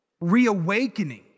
reawakening